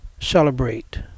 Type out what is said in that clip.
celebrate